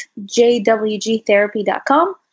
jwgtherapy.com